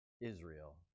Israel